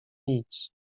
nic